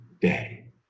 day